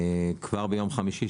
כבר ביום חמישי,